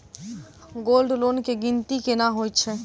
Gold loan केँ गिनती केना होइ हय?